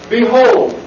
Behold